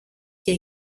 και